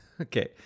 Okay